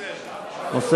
מוסרת.